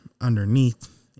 underneath